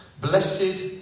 blessed